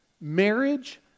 Marriage